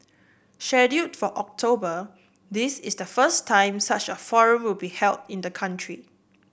scheduled for October this is the first time such a forum will be held in the country